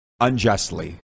unjustly